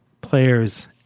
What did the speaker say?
players